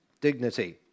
dignity